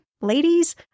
ladies